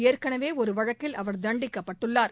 ஏற்கனவே ஒரு வழக்கில் அவர் தண்டிக்கப்பட்டுள்ளார்